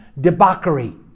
debauchery